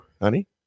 honey